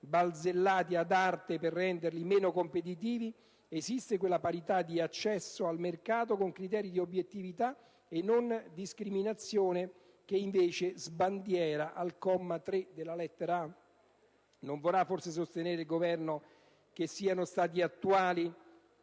balzellati ad arte per renderli meno competitivi, esiste quella parità di accesso al mercato con i criteri di obiettività e non discriminazione che invece sbandiera al comma 3 della lettera *a)*! O vorrà forse sostenere che siano stati attuati